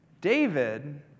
David